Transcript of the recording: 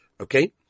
Okay